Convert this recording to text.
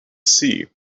see